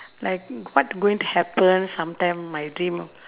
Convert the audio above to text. like what going to happen sometime my dream